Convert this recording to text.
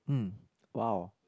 !wow!